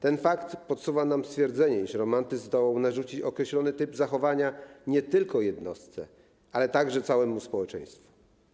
Ten fakt podsuwa nam stwierdzenie, iż romantyzm zdołał narzucić określony typ zachowania nie tylko jednostce, ale także całemu społeczeństwu.